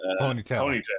ponytail